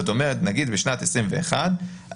זאת אומרת, נגיד בשנת 2021 היו